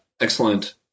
excellent